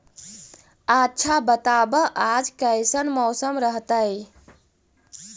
आच्छा बताब आज कैसन मौसम रहतैय?